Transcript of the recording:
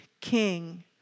king